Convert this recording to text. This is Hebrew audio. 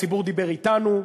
הציבור דיבר אתנו,